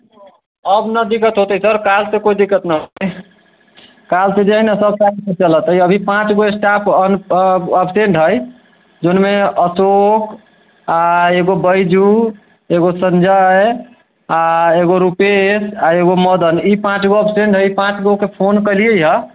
अब न दिक्कत होतै सर काल्हि सऽ न दिक्कत होतै